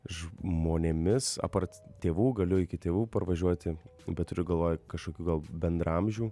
žmonėmis aptart tėvų galiu iki tėvų parvažiuoti bet turiu galvoj kažkokių gal bendraamžių